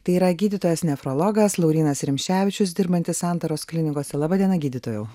tai yra gydytojas nefrologas laurynas rimševičius dirbantis santaros klinikose laba diena gydytojau